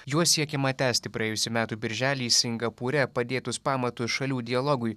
juo siekiama tęsti praėjusių metų birželį singapūre padėtus pamatus šalių dialogui